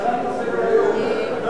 חבר הכנסת כץ.